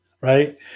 right